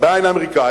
הבעיה אינה אמריקנית,